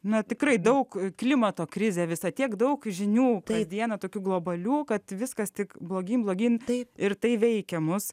na tikrai daug klimato krizė visą tiek daug žinių tą dieną tokių globalių kad viskas tik blogyn blogyn tai ir tai veikia mus